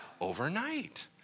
Overnight